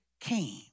came